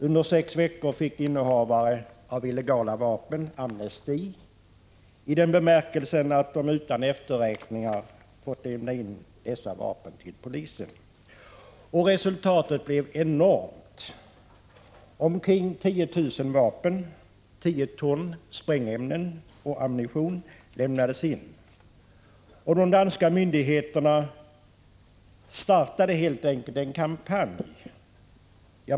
Under sex veckor fick innehavare av illegala vapen amnesti, i den bemärkelsen att de utan efterräkningar fick lämna in dessa vapen till polisen. Resultatet blev enormt. Omkring 10 000 vapen samt 10 ton sprängämnen och ammunition lämnades in. De danska myndigheterna startade helt enkelt en kampanj.